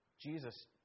Jesus